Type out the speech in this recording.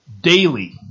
Daily